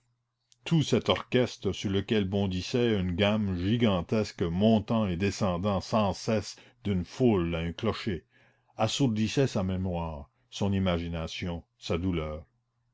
tout cet orchestre sur lequel bondissait une gamme gigantesque montant et descendant sans cesse d'une foule à un clocher assourdissait sa mémoire son imagination sa douleur